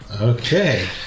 Okay